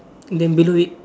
then below it